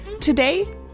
Today